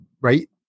right